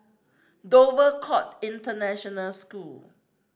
Dover Court International School